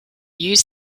use